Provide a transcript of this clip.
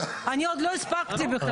אם מי שעולה לארץ למשל מוותר מסיבה זו או